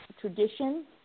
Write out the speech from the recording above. tradition